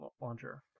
launcher